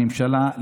לממשלה,